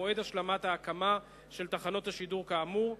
מועד השלמת ההקמה של תחנות השידור כאמור.